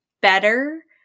better